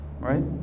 right